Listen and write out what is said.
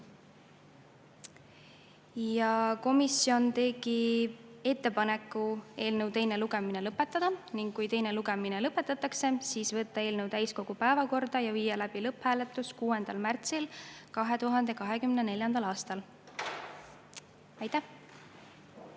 Komisjon tegi ettepaneku eelnõu teine lugemine lõpetada ning kui teine lugemine lõpetatakse, siis võtta eelnõu täiskogu päevakorda ja viia läbi lõpphääletus 6. märtsil 2024. aastal. Suur